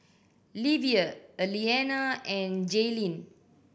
Livia Elliana and Jaelyn